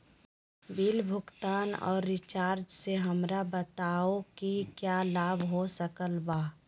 Bill भुगतान और recharge से हमरा बताओ कि क्या लाभ हो सकल बा?